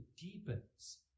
deepens